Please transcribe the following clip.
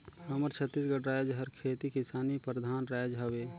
हमर छत्तीसगढ़ राएज हर खेती किसानी परधान राएज हवे